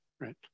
right